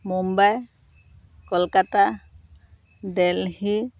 Mumbai Kolkata Delhi